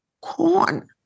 corn